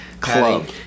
Club